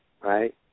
right